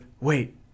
wait